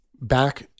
back